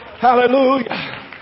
Hallelujah